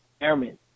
airmen